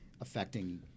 affecting